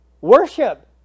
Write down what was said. Worship